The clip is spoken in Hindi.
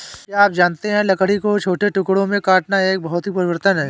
क्या आप जानते है लकड़ी को छोटे टुकड़ों में काटना एक भौतिक परिवर्तन है?